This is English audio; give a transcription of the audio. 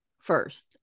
first